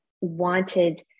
wanted